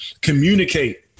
Communicate